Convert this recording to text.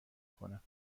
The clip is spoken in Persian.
کنم